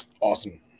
awesome